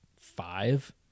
five